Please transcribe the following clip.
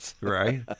Right